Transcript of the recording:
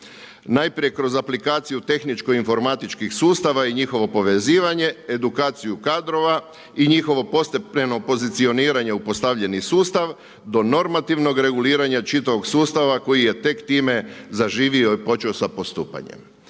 najprije kroz aplikaciju tehničko informatičkih sustava i njihovo povezivanje, edukaciju kadrova i njihovo postepeno pozicioniranje u postavljeni sustav do normativnog reguliranja čitavog sustava koji je tek time zaživio i počeo sa postupanjem.